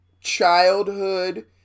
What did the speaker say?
childhood